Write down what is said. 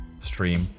stream